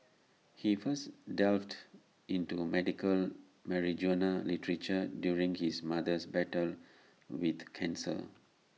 he first delved into medical marijuana literature during his mother's battle with cancer